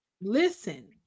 listen